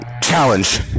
challenge